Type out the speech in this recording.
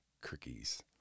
Cookies